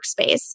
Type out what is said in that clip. workspace